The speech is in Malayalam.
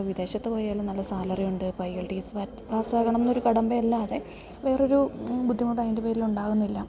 ഇപ്പം വിദേശത്ത് പോയാലും നല്ല സാലറിയൊണ്ട് ഇപ്പം ഐ ൽ ടി സി പാസ്സാകണന്നൊരു കടമ്പ അല്ലാതെ വേറൊരു ബുദ്ധിമുട്ട് അതിൻ്റെ പേരിൽ ഉണ്ടാകുന്നില്ല